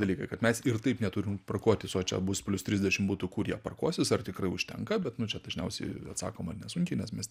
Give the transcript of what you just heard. dalykai kad mes ir taip neturim parkuotis o čia bus plius trisdešim butų kur jie parkuosis ar tikrai užtenka bet nu čia dažniausiai atsakoma nesunkiai nes mes